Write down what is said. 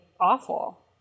awful